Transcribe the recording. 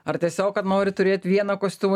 ar tiesiog kad nori turėt vieną kostiumą